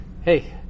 hey